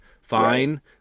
fine